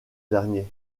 dernier